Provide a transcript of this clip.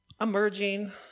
Emerging